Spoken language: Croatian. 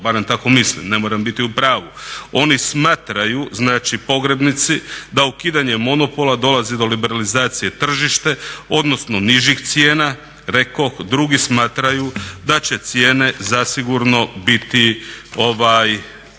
barem tako mislim, ne moram biti u pravu. Oni smatraju, znači pogrebnici da ukidanjem monopola dolazi do liberalizacije tržišta odnosno nižih cijena, rekoh drugi smatraju da će cijene zasigurno biti više.